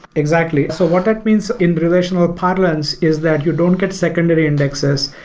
exactly. so what that means in relational parlance is that you don't get secondary indexes.